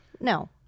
No